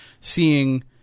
seeing